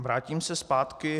Vrátím se zpátky.